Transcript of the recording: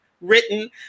written